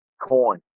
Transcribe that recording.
coin